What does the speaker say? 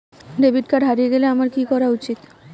Debit card হারিয়ে গেলে আমার কি করা উচিৎ?